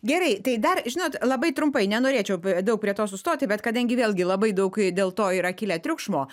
gerai tai dar žinot labai trumpai nenorėčiau daug prie to sustoti bet kadangi vėlgi labai daug kai dėl to yra kilę triukšmo